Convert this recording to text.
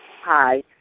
Hi